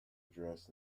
address